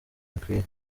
bikwiye